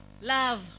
Love